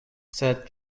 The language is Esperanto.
sed